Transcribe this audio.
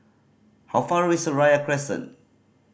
how far away Seraya Crescent